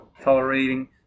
tolerating